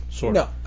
No